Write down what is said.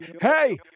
hey